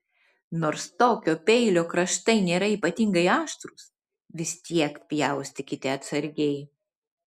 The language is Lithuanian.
nors tokio peilio kraštai nėra ypatingai aštrūs vis tiek pjaustykite atsargiai